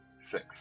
Six